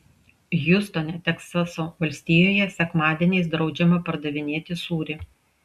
hjustone teksaso valstijoje sekmadieniais draudžiama pardavinėti sūrį